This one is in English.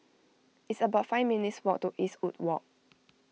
it's about five minutes' walk to Eastwood Walk